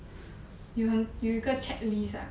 有很有一个 checklist ah